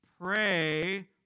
Pray